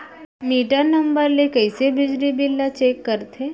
Metre number ले कइसे बिजली बिल ल चेक करथे?